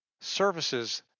services